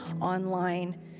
online